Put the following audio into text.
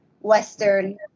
Western